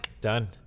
Done